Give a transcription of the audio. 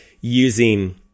using